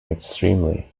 extremely